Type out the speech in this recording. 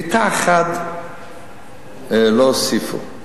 מיטה אחת לא הוסיפו.